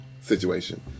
situation